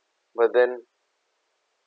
but then